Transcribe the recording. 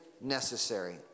necessary